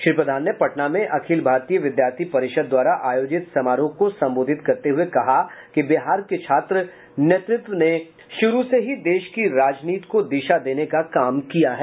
श्री प्रधान ने पटना में अखिल भारतीय विद्यार्थी परिषद् द्वारा आयोजित समारोह को संबोधित करते हुए कहा कि बिहार के छात्र नेतृत्व में शुरू से ही देश की राजनीति को दिशा देने का काम किया है